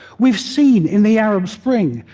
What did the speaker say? we've seen, in the arab spring,